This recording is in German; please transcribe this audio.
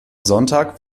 sonntag